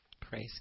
Praise